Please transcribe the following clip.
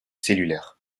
cellulaires